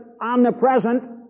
omnipresent